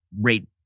rate